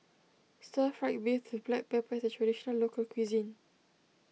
Stir Fried Beef with Black Pepper is a Traditional Local Cuisine